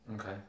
Okay